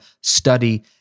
study